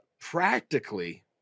practically